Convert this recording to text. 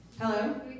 Hello